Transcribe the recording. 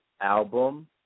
album